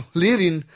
lirin